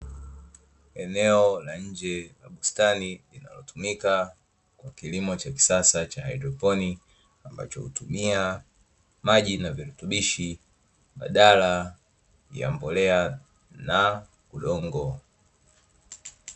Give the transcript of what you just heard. Eneo la nje la bustani linalotumika kwa kilimo cha kisasa cha hairoponi, ambacho hutumia maji na virutubishi, badala ya mbolea na udongo.